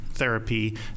Therapy